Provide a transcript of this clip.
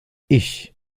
ich